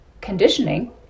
conditioning